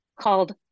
called